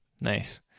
nice